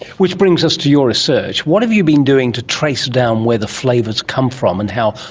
which brings us to your research. what have you been doing to trace down where the flavours come from and how,